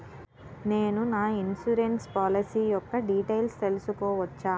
నేను నా insurance policy యెక్క డీటైల్స్ తెల్సుకోవచ్చా?